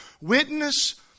witness